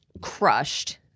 crushed